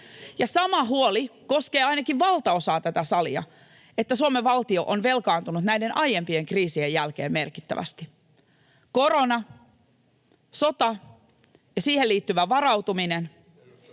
sama huoli koskee ainakin valtaosaa tätä salia, että Suomen valtio on velkaantunut näiden aiempien kriisien jälkeen merkittävästi. Korona, sota ja siihen liittyvä varautuminen,